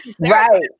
Right